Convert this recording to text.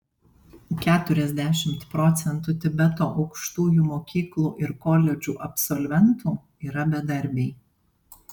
keturiasdešimt procentų tibeto aukštųjų mokyklų ir koledžų absolventų yra bedarbiai